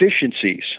efficiencies